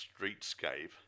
streetscape